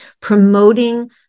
promoting